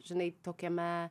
žinai tokiame